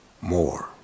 more